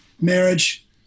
marriage